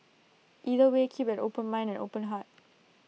either way keep an open mind and open heart